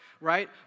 right